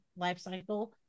lifecycle